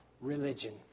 religion